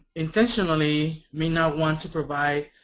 intentionally may not want to provide